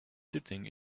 sitting